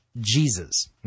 Jesus